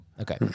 Okay